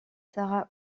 sarah